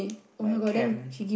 my camp